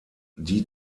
die